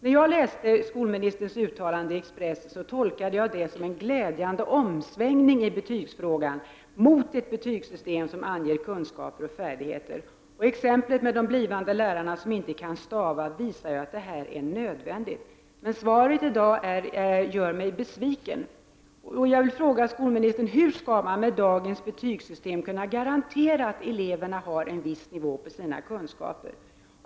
När jag läste skolministerns uttalande i Expressen tolkade jag det som en glädjande omsvängning i betygsfrågan, mot ett betygssystem som anger kunskaper och färdigheter. Exemplet med lärare som inte kan stava visar att det är nödvändigt. Men svaret i dag gör mig besviken. Jag vill fråga skolministern: Hur skall man med dagens betygssystem kunna garantera att eleverna har en viss nivå på sin kunskaper?